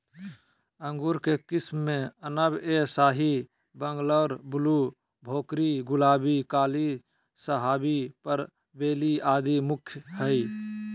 अंगूर के किस्म मे अनब ए शाही, बंगलोर ब्लू, भोकरी, गुलाबी, काली शाहवी, परलेटी आदि मुख्य हई